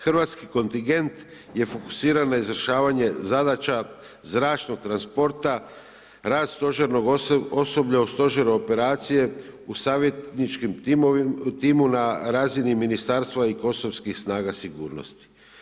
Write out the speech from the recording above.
Hrvatski kontingent je fokusiran na izvršavanje zadaća zračnog transporta, rad stožernog osoblja u stožeru operacije u savjetničkom timu na razini ministarstva i kosovskih snaga sigurnosti.